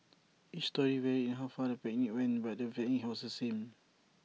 each story varied in how far the picnic went but the was the same